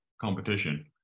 competition